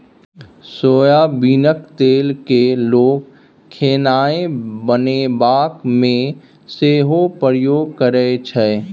सोयाबीनक तेल केँ लोक खेनाए बनेबाक मे सेहो प्रयोग करै छै